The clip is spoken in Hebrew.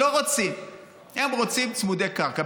לא רוצים, הם רוצים צמודי קרקע.